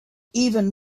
even